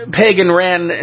pagan-ran